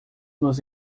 nos